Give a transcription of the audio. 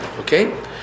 okay